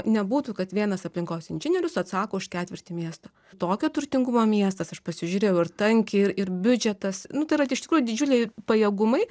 nebūtų kad vienas aplinkos inžinierius atsako už ketvirtį miesto tokio turtingumo miestas aš pasižiūrėjau ir tankį ir ir biudžetas nu tai yra iš tikrųjų didžiuliai pajėgumai